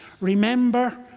Remember